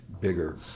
bigger